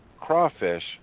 crawfish